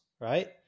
Right